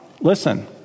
listen